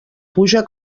puja